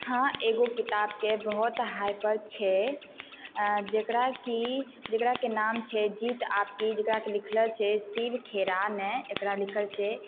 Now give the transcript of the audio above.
हँ एगो किताबके बहुत हाइपर छै जकरा कि जकरा कि नाम छै जीत आपकी जकरा कि लिखले छै शिव खेरा ने एकरा लिखल छै